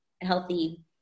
healthy